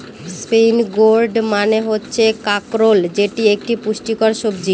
spiny gourd মানে হচ্ছে কাঁকরোল যেটি একটি পুষ্টিকর সবজি